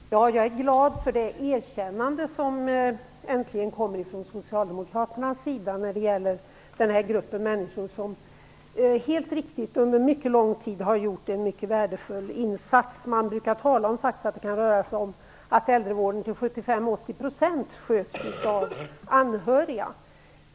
Fru talman! Jag är glad för det erkännande som äntligen kommer från Socialdemokraternas sida när det gäller den här gruppen människor som under mycket lång tid har gjort en mycket värdefull insats. Man brukar faktiskt tala om att det kan röra sig om att äldrevården till 75-80 % sköts av anhöriga.